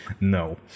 No